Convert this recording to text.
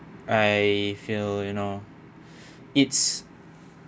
I feel you know it's